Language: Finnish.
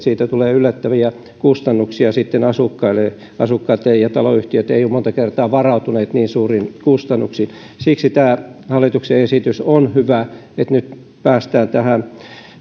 siitä tulee yllättäviä kustannuksia asukkaille asukkaat ja taloyhtiöt eivät ole monta kertaa varautuneita niin suuriin kustannuksiin siksi tämä hallituksen esitys on hyvä että nyt päästään tähän